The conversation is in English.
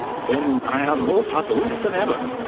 then i am more puzzled than ever,